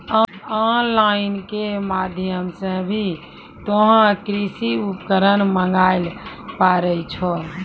on line के माध्यम से भी तोहों कृषि उपकरण मंगाय ल पारै छौ